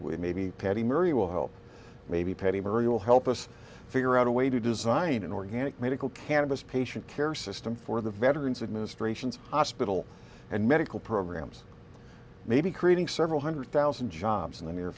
l maybe patty murray will help maybe patty murray will help us figure out a way to design an organic medical cannabis patient care system for the veterans administration's hospital and medical programs maybe creating several hundred thousand jobs in the near